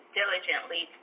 diligently